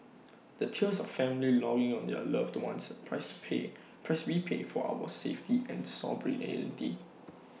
the tears of family longing of their loved ones price pay price we pay for our safety and sovereignty